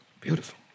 Beautiful